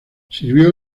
sirvió